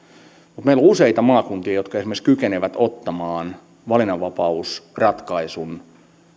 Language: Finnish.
mutta meillä on useita maakuntia jotka esimerkiksi oikeinkin hyvin kykenevät ottamaan vastaan valinnanvapausratkaisun